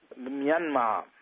Myanmar